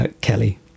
kelly